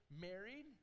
married